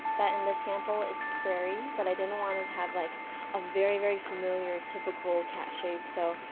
that in this sample, it's prairie. but i didn't want it to have like a very very familiar, typical, cat shape, so.